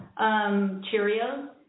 Cheerios